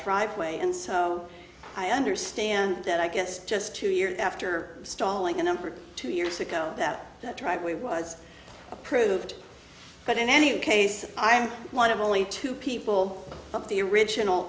driveway and so i understand that i guess just two years after stalling a number two years ago that the driveway was approved but in any case i am one of only two people of the original